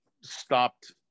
stopped